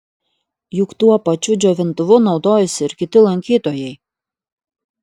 juk tuo pačiu džiovintuvu naudojasi ir kiti lankytojai